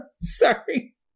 Sorry